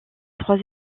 trois